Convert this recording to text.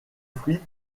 fruits